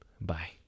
Bye